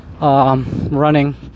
running